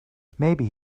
maybe